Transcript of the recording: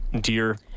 dear